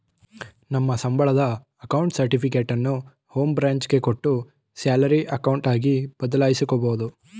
ನಮ್ಮ ಸಂಬಳದ ಅಕೌಂಟ್ ಸರ್ಟಿಫಿಕೇಟನ್ನು ಹೋಂ ಬ್ರಾಂಚ್ ಗೆ ಕೊಟ್ಟು ಸ್ಯಾಲರಿ ಅಕೌಂಟ್ ಆಗಿ ಬದಲಾಯಿಸಿಕೊಬೋದು